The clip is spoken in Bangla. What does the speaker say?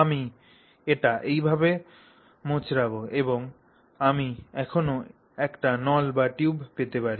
আমি এটি এইভাবে মোচড়াব এবং আমি এখনও একটি নল বা টিউব পেতে পারি